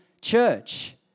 church